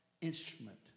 instrument